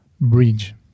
bridge